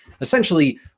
essentially